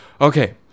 okay